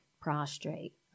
Prostrate